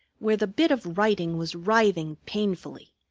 where the bit of writing was writhing painfully,